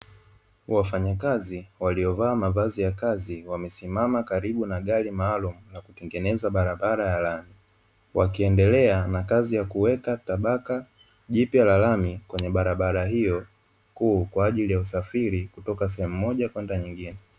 Wafanyakazi waliovaa mavazi ya kazi, waliosimama karibu na gari maalumu, wakitengeneza barabara ya lami wakiendelea na kazi ya kuweka tabaka jipla la lami kwenye barabara hiyo kuu kwa ajili ya usafiri kutoka sehemu moja kwenda nyingine.